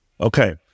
Okay